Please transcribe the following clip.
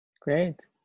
Great